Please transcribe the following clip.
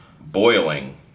boiling